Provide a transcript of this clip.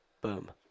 Boom